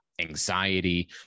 anxiety